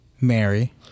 Mary